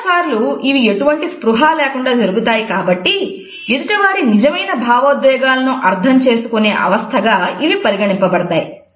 చాలాసార్లు ఇవి ఎటువంటి స్పృహా లేకుండా జరుగుతాయి కాబట్టి ఎదుటివారి నిజమైన భావోద్వేగాలను అర్థం చేసుకొనే అవస్థ గా ఇవి పరిగణింపబడతాయి